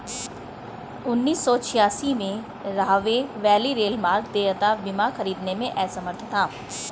उन्नीस सौ छियासी में, राहवे वैली रेलमार्ग देयता बीमा खरीदने में असमर्थ था